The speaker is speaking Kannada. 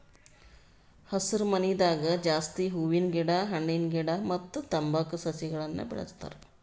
ಹಸರಮನಿದಾಗ ಜಾಸ್ತಿ ಹೂವಿನ ಗಿಡ ಹಣ್ಣಿನ ಗಿಡ ಮತ್ತ್ ತಂಬಾಕ್ ಸಸಿಗಳನ್ನ್ ಬೆಳಸ್ತಾರ್